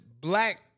black